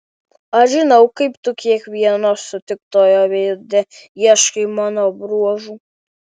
aš žinau kaip tu kiekvieno sutiktojo veide ieškai mano bruožų